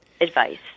advice